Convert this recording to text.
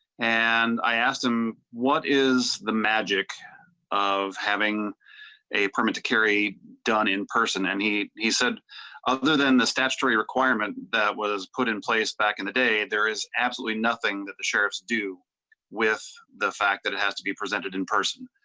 and i asked them what is the magic of having a permit to carry done in person any he said other than the staff history requirement that was put in place back in the day there is absolutely nothing that sheriffs do with this. the fact that has to be presented in person.